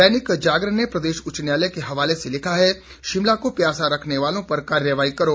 दैनिक जागरण ने प्रदेश उच्च न्यायालय के हवाले से लिखा है शिमला को प्यासा रखने वालों पर कार्रवाई करो